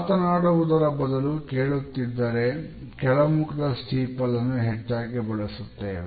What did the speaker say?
ಮಾತನಾಡುವುದರ ಬದಲು ಕೇಳುತ್ತಿದ್ದರೆ ಕೆಳಮುಖದ ಸ್ಟೀಪಲ್ ಅನ್ನು ಹೆಚ್ಚಾಗಿ ಬಳಸುತ್ತೇವೆ